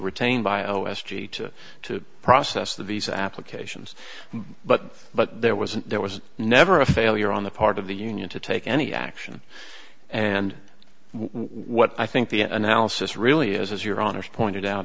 retained by o s d to to process the visa applications but but there was a there was never a failure on the part of the union to take any action and what i think the analysis really is is your honour's pointed